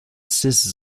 six